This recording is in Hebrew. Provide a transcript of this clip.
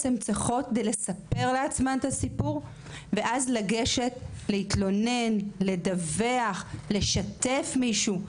הן צריכות כדי לספר לעצמן את הסיפור ולגשת להתלונן לדווח לשתף מישהו.